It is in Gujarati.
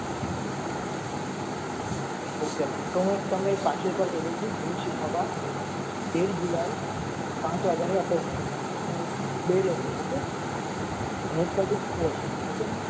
ઓકે મેમ તો હું તમને પાછું એક વાર કહી દઉં છું ધ્રુવ શીખાવા એક જુલાઈ પાંચ વાગ્યાની અપોઈન્ટમેન્ટ અને બે લોકો ઓકે અને એક જ ઓકે મેમ